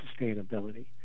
sustainability